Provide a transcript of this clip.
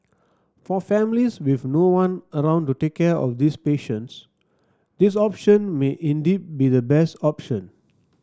for families with no one around to take care of these patients this option may indeed be the best option